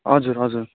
हजुर हजुर